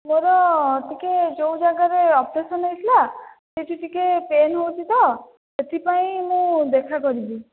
ମୋ'ର ଟିକେ ଯେଉଁ ଜାଗାରେ ଅପରେସନ ହୋଇଥିଲା ସେ'ଠି ଟିକେ ପେ'ନ ହେଉଛି ତ ସେ'ଥି ପାଇଁ ମୁଁ ଦେଖା କରିବି